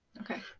Okay